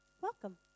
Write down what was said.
Welcome